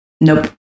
Nope